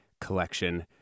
collection